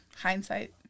hindsight